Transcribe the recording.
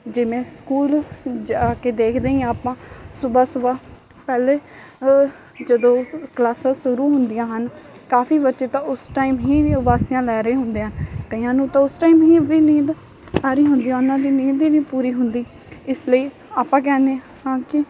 ਜਿਵੇ ਸਕੂਲ ਜਾ ਕੇ ਦੇਖਦੇ ਹੀ ਹਾਂ ਆਪਾਂ ਸੁਬਹਾ ਸੁਬਹਾ ਪਹਿਲਾਂ ਜਦੋਂ ਕਲਾਸਾਂ ਸ਼ੁਰੂ ਹੁੰਦੀਆਂ ਹਨ ਕਾਫੀ ਬੱਚੇ ਤਾਂ ਉਸ ਟਾਈਮ ਹੀ ਉਬਾਸੀਆਂ ਲੈ ਰਹੇ ਹੁੰਦੇ ਆ ਕਈਆਂ ਨੂੰ ਤਾਂ ਉਸ ਟਾਇਮ ਹੀ ਵੀ ਨੀਂਦ ਆ ਰਹੀ ਹੁੰਦੀ ਹੈ ਉਹਨਾਂ ਦੀ ਨੀਂਦ ਹੀ ਨਹੀਂ ਪੂਰੀ ਹੁੰਦੀ ਇਸ ਲਈ ਆਪਾਂ ਕਹਿੰਦੇ ਹਾਂ ਕਿ